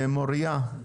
מוריה?